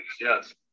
Yes